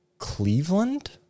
Cleveland